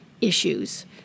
issues